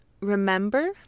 remember